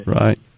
right